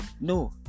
No